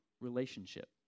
relationship